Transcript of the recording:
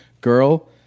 girl